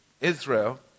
Israel